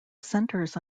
centers